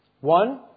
One